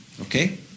Okay